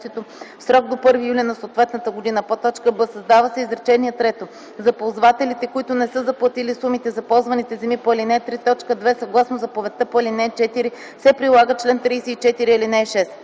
срок до 1 юли на съответната година.” б) създава се изречение трето: „За ползвателите, които не са заплатили сумите за ползваните земи по ал. 3, т. 2 съгласно заповедта по ал. 4 се прилага чл. 34, ал. 6.” 6.